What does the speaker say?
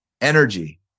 energy